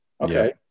Okay